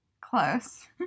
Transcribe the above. Close